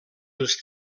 els